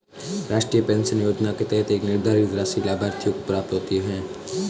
राष्ट्रीय पेंशन योजना के तहत एक निर्धारित राशि लाभार्थियों को प्राप्त होती है